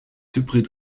hybrid